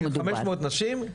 כן, חמש מאות נשים.